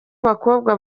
abakobwa